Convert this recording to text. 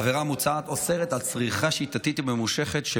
העבירה המוצעת אוסרת צריכה שיטתית וממושכת של